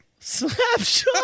Slapshot